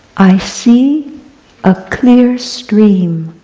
i see a clear stream,